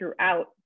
throughout